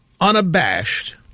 unabashed